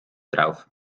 drauf